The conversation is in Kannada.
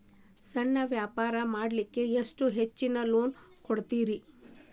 ಸಣ್ಣ ವ್ಯಾಪಾರ ಮಾಡ್ಲಿಕ್ಕೆ ಎಷ್ಟು ಹೆಚ್ಚಿಗಿ ಲೋನ್ ಕೊಡುತ್ತೇರಿ?